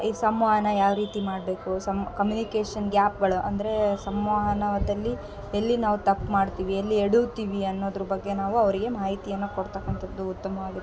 ಈ ಸಂವಹನ ಯಾವ ರೀತಿ ಮಾಡಬೇಕು ಸಂ ಕಮ್ಯೂನಿಕೇಷನ್ ಗ್ಯಾಪ್ಗಳ್ ಅಂದರೆ ಸಂವಹನದಲ್ಲಿ ಎಲ್ಲಿ ನಾವು ತಪ್ಪು ಮಾಡ್ತೀವಿ ಎಲ್ಲಿ ಎಡುವುತ್ತೀವಿ ಅನ್ನೋದ್ರ ಬಗ್ಗೆ ನಾವು ಅವರಿಗೆ ಮಾಯಿತಿಯನ್ನು ಕೊಡ್ತಾಕ್ಕಂಥದ್ದು ಉತ್ತಮ್ವಾಗಿರ್ತಕ್ಕಂಥದ್ದು